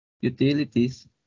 utilities